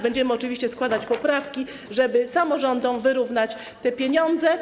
Będziemy oczywiście składać poprawki, żeby samorządom wyrównać te pieniądze.